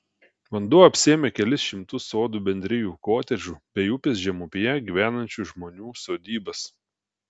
vanduo apsėmė kelis šimtus sodų bendrijų kotedžų bei upės žemupyje gyvenančių žmonių sodybas